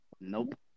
Nope